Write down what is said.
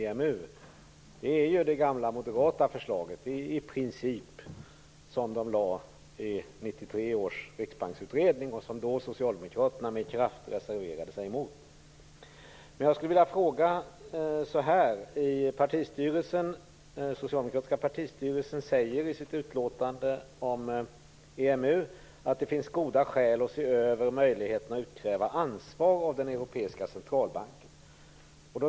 Det är ju i princip det gamla moderata förslaget, som lades fram i 1993 års riksbanksutredning. Då reserverade sig socialdemokraterna med kraft mot förslaget. Den socialdemokratiska partistyrelsen säger i sitt utlåtande om EMU att det finns goda skäl att se över möjligheten att utkräva ansvar av den europeiska centralbanken.